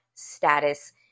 status